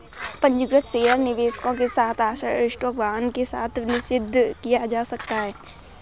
पंजीकृत शेयर निवेशकों के साथ आश्चर्य स्टॉक वाहन के साथ निषिद्ध किया जा सकता है